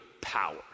power